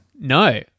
No